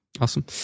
Awesome